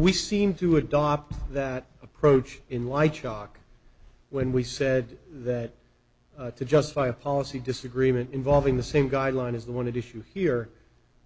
we seem to adopt that approach in light shock when we said that to justify a policy disagreement involving the same guideline is the one that issue here